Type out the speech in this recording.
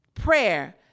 Prayer